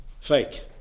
fake